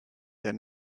der